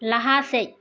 ᱞᱟᱦᱟ ᱥᱮᱫ